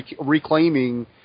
reclaiming